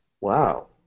Wow